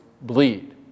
bleed